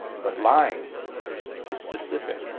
but lying is specific,